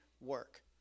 work